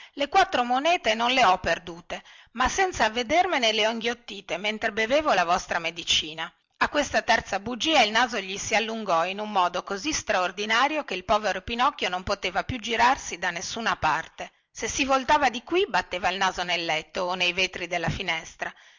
le quattro monete non le ho perdute ma senza avvedermene le ho inghiottite mentre bevevo la vostra medicina a questa terza bugia il naso gli si allungò in un modo così straordinario che il povero pinocchio non poteva più girarsi da nessuna parte se si voltava di qui batteva il naso nel letto o nei vetri della finestra